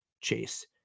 Chase